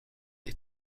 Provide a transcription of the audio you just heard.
des